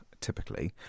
typically